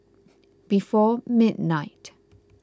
before midnight